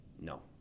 No